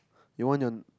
you want your